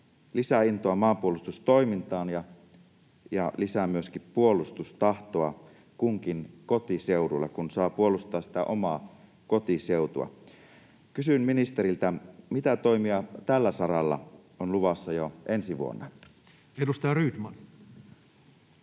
lisää intoa maanpuolustustoimintaan ja lisää myöskin puolustustahtoa kunkin kotiseudulle, kun saa puolustaa sitä omaa kotiseutua. Kysyn ministeriltä: mitä toimia tällä saralla on luvassa jo ensi vuonna? [Speech 183]